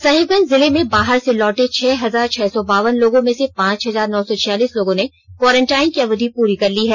साहिबगंज जिले में बाहर से लौटे छह हजार छह सौ बावन लोगों में से पांच हजार नौ सौ छियालिस लोगों ने क्वारंटाइन की अवधि पूरी कर ली है